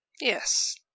Yes